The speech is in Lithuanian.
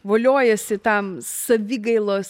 voliojasi tam savigailos